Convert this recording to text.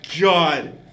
god